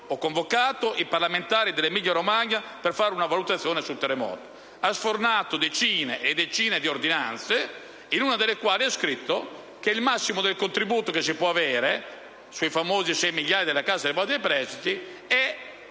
o convocato i parlamentari dell'Emilia-Romagna per fare una valutazione sul terremoto. Ha però sfornato decine e decine di ordinanze, in una delle quali ha scritto che il massimo del contributo che si può avere sui famosi sei miliardi della Cassa depositi e prestiti è